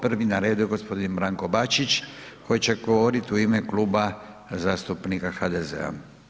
Prvi na redu je gospodin Branko Bačić koji će govoriti u ime Kluba zastupnika HDZ-a.